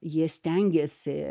jie stengiasi